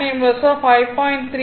39 30